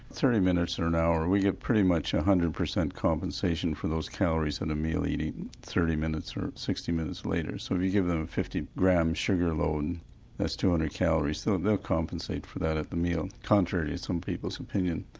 thirty minutes or an hour, we get pretty much one ah hundred percent compensation for those calories in a meal eating thirty or sixty minutes later. so if you give them a fifty gram sugar load that's two hundred calories, they'll they'll compensate for that at the meal contrary to some people's opinion.